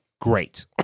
great